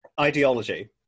Ideology